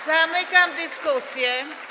Zamykam dyskusję.